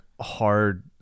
hard